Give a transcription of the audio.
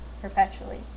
perpetually